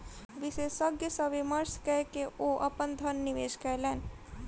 विशेषज्ञ सॅ विमर्श कय के ओ अपन धन निवेश कयलैन